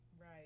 right